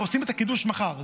עושים איתה קידוש מחר.